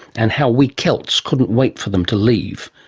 and how we celts couldn't wait for them to leave.